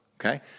Okay